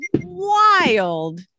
wild